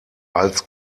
als